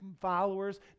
followers